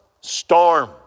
storm